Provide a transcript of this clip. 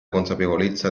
consapevolezza